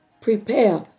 prepare